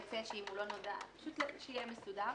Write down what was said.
פשוט שיהיה מסודר.